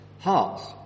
hearts